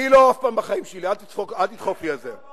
אני לא, אף פעם בחיים שלי, אל תדחוף לי את זה.